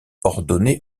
ordonnée